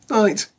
night